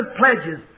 pledges